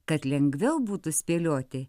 kad lengviau būtų spėlioti